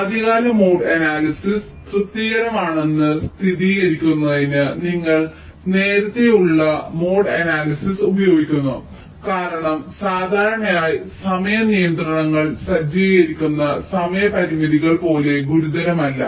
ആദ്യകാല mode analysis തൃപ്തികരമാണെന്ന് സ്ഥിരീകരിക്കുന്നതിന് നിങ്ങൾ നേരത്തെയുള്ള മോഡ് അനാലിസിസ് ഉപയോഗിക്കുന്നു കാരണം സാധാരണയായി സമയ നിയന്ത്രണങ്ങൾ സജ്ജീകരിക്കുന്ന സമയ പരിമിതികൾ പോലെ ഗുരുതരമല്ല